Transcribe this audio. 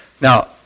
now